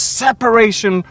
separation